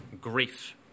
Grief